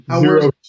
Zero